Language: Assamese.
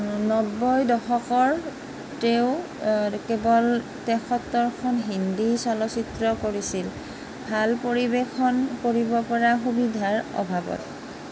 নব্বৈ দশকৰ তেওঁ কেৱল তেসত্তৰখন হিন্দী চলচিত্ৰ কৰিছিল ভাল পৰিৱেশন কৰিবপৰা সুবিধাৰ অভাৱত